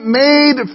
made